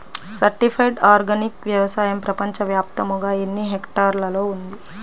Certified organic వ్యవసాయం ప్రపంచ వ్యాప్తముగా ఎన్నిహెక్టర్లలో ఉంది?